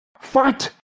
fight